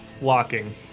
walking